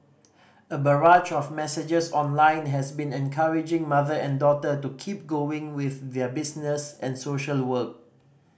a barrage of messages online has been encouraging mother and daughter to keep going with their business and social work